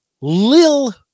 lil